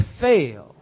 fail